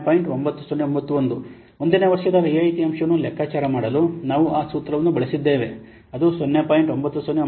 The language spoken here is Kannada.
9091 1 ನೇ ವರ್ಷದ ರಿಯಾಯಿತಿ ಅಂಶವನ್ನು ಲೆಕ್ಕಾಚಾರ ಮಾಡಲು ನಾವು ಆ ಸೂತ್ರವನ್ನು ಬಳಸಿದ್ದೇವೆ ಅದು 0